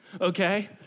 okay